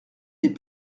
des